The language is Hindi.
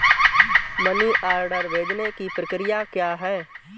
मनी ऑर्डर भेजने की प्रक्रिया क्या है?